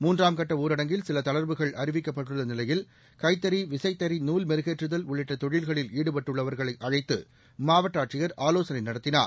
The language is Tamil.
மூன்றாம்கட்ட ஊரடங்கில் சில தளா்வுகள் அறிவிக்கப்பட்டுள்ள நிலையில் கைத்தறி விசைத்தறி நூல் மெருகேற்றுதல் உள்ளிட்ட தொழில்களில் ஈடுபட்டுள்ளவர்களை அழைத்து மாவட்ட ஆட்சியர் ஆலோசனை நடத்தினார்